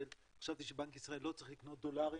חשבתי שבנק ישראל לא צריך לקנות דולרים